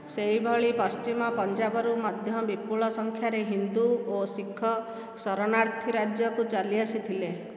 ସେହିଭଳି ପଶ୍ଚିମ ପଞ୍ଜାବରୁ ମଧ୍ୟ ବିପୁଳ ସଂଖ୍ୟାରେ ହିନ୍ଦୁ ଓ ଶିଖ ଶରଣାର୍ଥୀ ରାଜ୍ୟକୁ ଚାଲିଆସିଥିଲେ